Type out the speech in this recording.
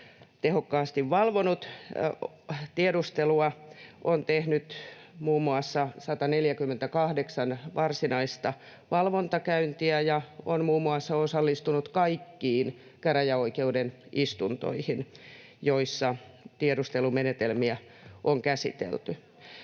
tehokkaasti valvonut tiedustelua, on tehnyt muun muassa 148 varsinaista valvontakäyntiä ja on muun muassa osallistunut kaikkiin käräjäoikeuden istuntoihin, joissa tiedustelumenetelmiä on käsitelty.